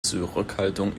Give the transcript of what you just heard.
zurückhaltung